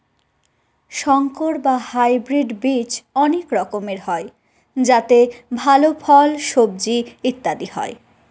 সংকর বা হাইব্রিড বীজ অনেক রকমের হয় যাতে ভাল ফল, সবজি ইত্যাদি হয়